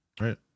right